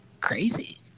crazy